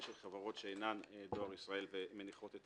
של חברות שאינן דואר ישראל ומניחות את